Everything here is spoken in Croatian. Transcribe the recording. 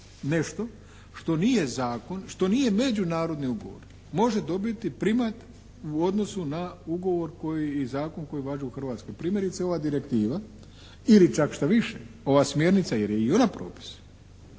zakon, što nije međunarodni ugovor može dobiti primat u odnosu na ugovor koji i zakon koji važi u Hrvatskoj. Primjerice ova direktiva ili čak šta više, ova smjernica jer je i ona propis,